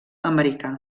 americà